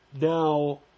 now